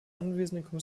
anwesenden